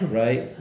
right